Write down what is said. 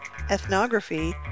ethnography